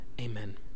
AMEN